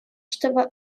чтобы